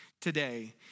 today